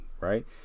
Right